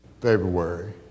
February